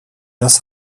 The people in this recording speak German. das